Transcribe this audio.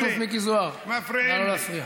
חבר הכנסת מכלוף מיקי זוהר, נא לא להפריע.